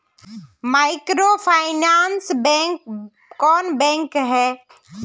Microfinance bank कौन bank है?